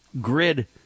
grid